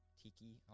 tiki